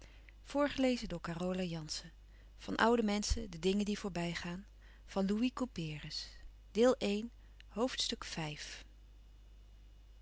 van oude menschen de dingen die voorbij gaan ste deel van